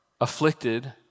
afflicted